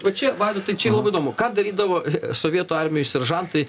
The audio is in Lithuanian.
va čia vaidotai čia yra labai įdomu ką darydavo sovietų armijoj seržantai